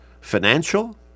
financial